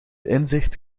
inzicht